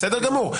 בסדר גמור.